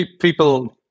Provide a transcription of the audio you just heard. People